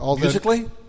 Physically